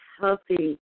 healthy